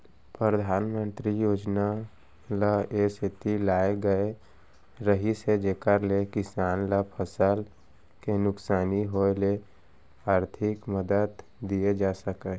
परधानमंतरी योजना ल ए सेती लाए गए रहिस हे जेकर ले किसान ल फसल के नुकसानी होय ले आरथिक मदद दिये जा सकय